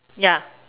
ya